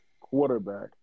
quarterback